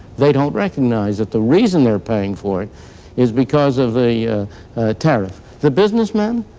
they don't recognize that the reason they're paying for it is because of the tariff. the businessmen?